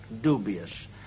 dubious